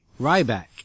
Ryback